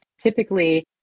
typically